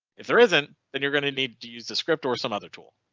if there isn't, then you're going to need to use the script or some other tool.